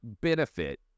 benefit